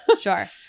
Sure